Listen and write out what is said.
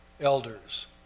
elders